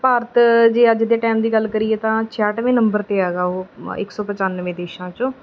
ਭਾਰਤ ਜੇ ਅੱਜ ਦੇ ਟਾਈਮ ਦੀ ਗੱਲ ਕਰੀਏ ਤਾਂ ਛਿਆਟਵੇਂ ਨੰਬਰ 'ਤੇ ਹੈਗਾ ਉਹ ਇੱਕ ਸੌ ਪਚਾਨਵੇਂ ਦੇਸ਼ਾਂ 'ਚੋਂ